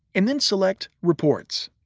and then select reports.